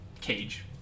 cage